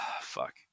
fuck